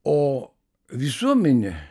o visuomenė